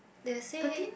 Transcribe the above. they say